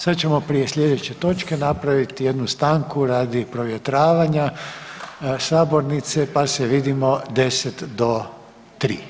Sad ćemo prije sljedeće točke napraviti jednu stanku radi provjetravanja sabornice pa se vidimo 10 do 3.